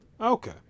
Okay